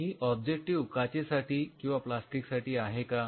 ही objective काचेसाठी किंवा plastic साठी आहे का